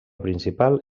principal